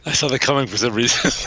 i so the killing is a risk